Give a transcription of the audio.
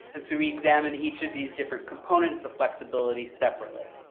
and so we examine each of these different components of flexibly separately.